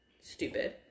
Stupid